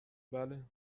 بله